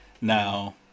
Now